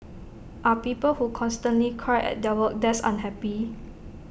are people who constantly cry at their work desk unhappy